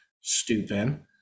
stupid